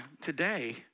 today